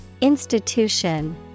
Institution